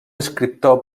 escriptor